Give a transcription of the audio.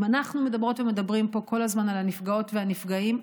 אם אנחנו מדברות ומדברים פה כל הזמן על הנפגעות והנפגעים,